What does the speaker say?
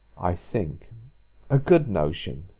i think a good motion